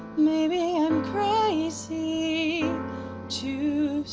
maybe i'm crazy to